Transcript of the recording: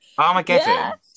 Armageddon